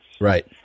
Right